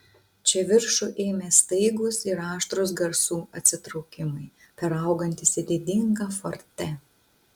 čia viršų ėmė staigūs ir aštrūs garsų atsitraukimai peraugantys į didingą forte